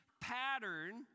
pattern